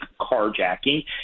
carjacking